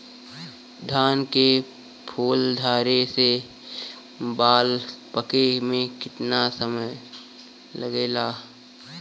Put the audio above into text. धान के फूल धरे से बाल पाके में कितना समय लागेला?